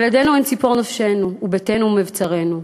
ילדינו הם ציפור נפשנו ובתינו מבצרינו.